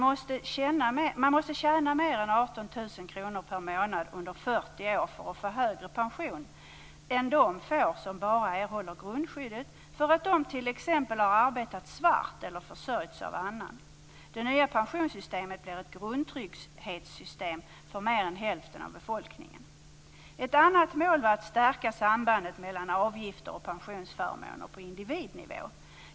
Man måste tjäna mer än 18 000 kr per månad under 40 år för att få högre pension än de får som bara erhåller grundskyddet därför att de t.ex. arbetat svart eller försörjts av annan. Det nya pensionssystemet blir ett grundtrygghetssystem för mer än hälften av befolkningen. Ett annat mål var att stärka sambandet mellan avgifter och pensionsförmåner på individnivå.